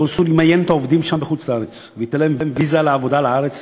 הקונסול ימיין את העובדים שם בחוץ-לארץ וייתן להם ויזה לעבודה בארץ